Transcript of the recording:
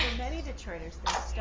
many detroiters